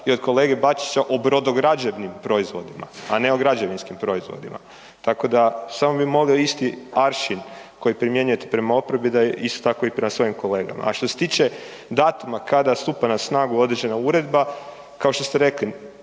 i od kolege Bačića o brodograđevnim proizvodima, a ne o građevinskim proizvodima, tako da samo bi molio isti aršin koji primjenjujete prema oporbi da isto tako i prema svojim kolegama. A što se tiče datuma kada stupa na snagu određena uredba, kao što ste rekli,